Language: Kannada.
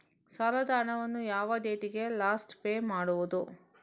ಸಾಲದ ಹಣವನ್ನು ಯಾವ ಡೇಟಿಗೆ ಲಾಸ್ಟ್ ಪೇ ಮಾಡುವುದು?